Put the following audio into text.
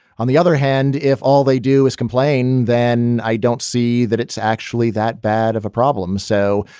on the other hand, if all they do is complain, then i don't see that it's actually that bad of a problem. so,